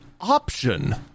option